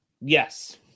Yes